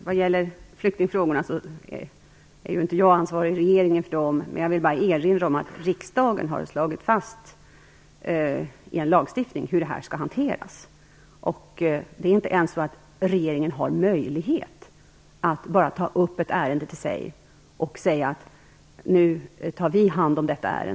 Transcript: Fru talman! Jag är inte regeringens ansvarige för flyktingfrågorna, men jag vill ändå erinra om att riksdagen genom lagstiftning har slagit fast hur detta skall hanteras. Regeringen har inte ens möjlighet att plötsligt ta upp ett ärende och säga: Nu tar vi hand om detta.